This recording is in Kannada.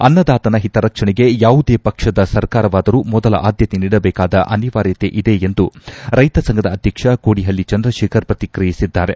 ಅನ್ನದಾತನ ಹಿತರಕ್ಷಣೆಗೆ ಯಾವುದೇ ಪಕ್ಷದ ಸರ್ಕಾರವಾದರೂ ಮೊದಲ ಆದ್ದತೆ ನೀಡಬೇಕಾಗದ ಅನಿವಾರ್ಥತೆ ಇದೆ ಎಂದು ರೈತ ಸಂಘದ ಅಧ್ಯಕ್ಷ ಕೋಡಿಹಳ್ಳ ಚಂದ್ರಶೇಖರ್ ಪ್ರತಿಕ್ರಿಯಿಸಿದ್ದಾರೆ